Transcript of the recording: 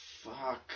fuck